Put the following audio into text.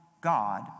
God